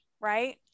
right